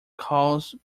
caused